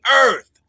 earth